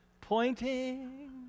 Pointing